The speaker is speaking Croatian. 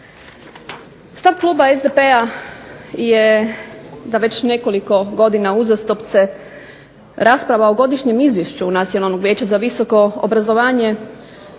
Stav kluba SDP-a je da već nekoliko godina uzastopce rasprava o Godišnjem izvješću Nacionalnog vijeća za visoko obrazovanje